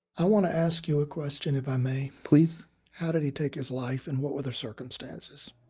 i want to ask you a question if i may please how did he take his life, and what were the circumstances?